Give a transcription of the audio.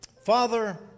Father